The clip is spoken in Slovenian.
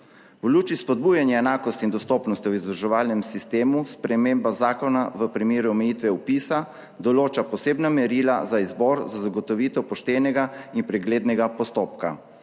V luči spodbujanja enakosti in dostopnosti v izobraževalnem sistemu sprememba zakona v primeru omejitve vpisa določa posebna merila za izbor za zagotovitev poštenega in preglednega postopka.